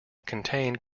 contain